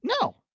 no